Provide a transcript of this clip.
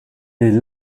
est